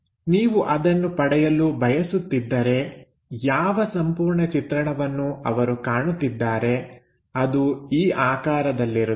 ನೀವು ಅದನ್ನು ಪಡೆಯಲು ಬಯಸುತ್ತಿದ್ದರೆ ಯಾವ ಸಂಪೂರ್ಣ ಚಿತ್ರಣವನ್ನು ಅವರು ಕಾಣುತ್ತಿದ್ದಾರೆ ಅದು ಈ ಆಕಾರದಲ್ಲಿರುತ್ತದೆ